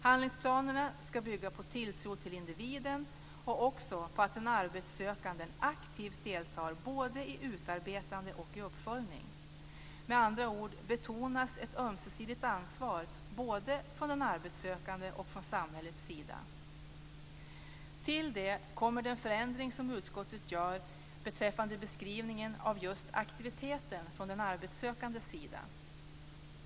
Handlingsplanerna ska bygga på en tilltro till individen och också på att den arbetssökande aktivt deltar vid både utarbetande och uppföljning. Med andra ord betonas ett ömsesidigt ansvar både från den arbetssökande och från samhällets sida. Till detta kommer den förändring som utskottet gör beträffande beskrivningen av just aktiviteten från arbetssökandens sida.